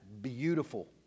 beautiful